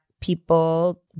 people